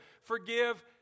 forgive